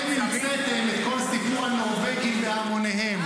אתם המצאתם את כל סגנון הנורבגי בהמוניהם.